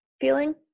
feeling